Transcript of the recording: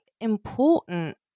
important